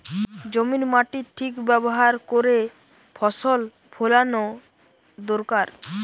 জমির মাটির ঠিক ব্যাভার কোরে ফসল ফোলানো দোরকার